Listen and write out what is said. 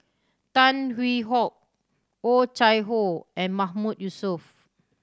Tan Hwee Hock Oh Chai Hoo and Mahmood Yusof